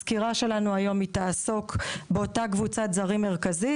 הסקירה שלנו היום תעסוק באותה קבוצת זרים מרכזית,